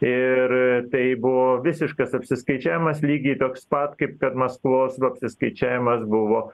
ir tai buvo visiškas apsiskaičiavimas lygiai toks pat kaip kad maskvos apsiskaičiavimas buvo